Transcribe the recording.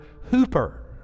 hooper